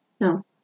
No